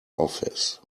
office